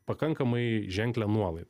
pakankamai ženklią nuolaidą